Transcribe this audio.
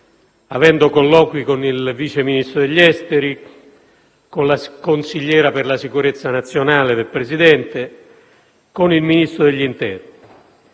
avendo colloqui con il Vice Ministro degli affari esteri, con la Consigliera per la sicurezza nazionale del Presidente e con il Ministro dell'interno.